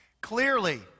Clearly